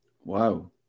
Wow